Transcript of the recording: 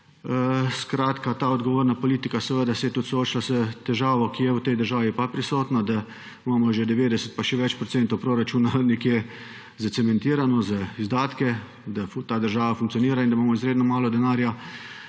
65 %. Ta odgovorna politika se je tudi soočila s težavo, ki je v tej državi prisotna, to je, da imamo že 90 in še več procentov proračuna nekje zacementiranega za izdatke, da ta država funkcionira, in da imamo izredno malo denarja